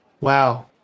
wow